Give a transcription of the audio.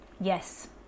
Yes